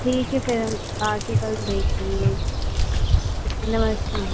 ठीक है फिर हम आ कर कल देख लेंगे ठीक है नमस्ते मैम